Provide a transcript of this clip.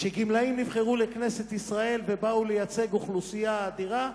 שגמלאים נבחרו לכנסת ישראל ובאו לייצג אוכלוסייה אדירה.